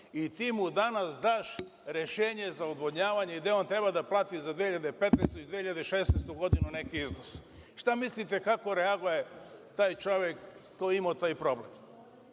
i ti mu danas daš rešenje za odvodnjavanje gde on treba da plati za 2015. i 2016. godinu neki iznos. Šta mislite kako reaguje taj čovek, koji je imao taj problem?